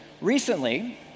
Recently